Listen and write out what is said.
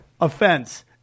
offense